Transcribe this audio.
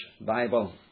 Bible